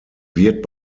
wird